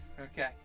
Okay